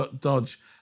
dodge